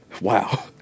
Wow